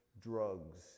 drugs